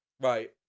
Right